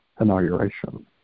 inauguration